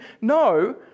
No